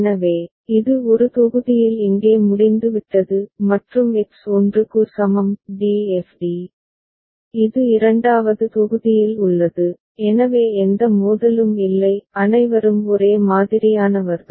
எனவே இது ஒரு தொகுதியில் இங்கே முடிந்துவிட்டது மற்றும் எக்ஸ் 1 க்கு சமம் d f d இது இரண்டாவது தொகுதியில் உள்ளது எனவே எந்த மோதலும் இல்லை அனைவரும் ஒரே மாதிரியானவர்கள்